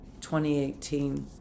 2018